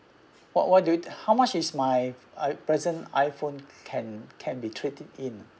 what what do you how much is my i~ present iPhone can can be traded in